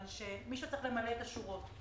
מישהו צריך למלא את השורות.